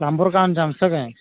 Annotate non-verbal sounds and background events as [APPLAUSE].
plumber [UNINTELLIGIBLE] କ'ଣ ଜିନିଷ କାଇଁ